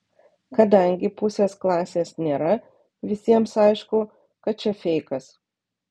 kadangi pusės klasės nėra visiems aišku kad čia feikas